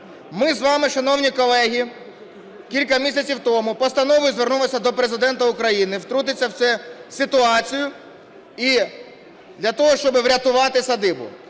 Ми з вами, шановні колеги, кілька місяців тому постановою звернулися до Президента України втрутитись у цю ситуацію і для того, щоб врятувати садибу.